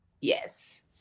Yes